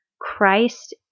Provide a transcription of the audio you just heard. Christ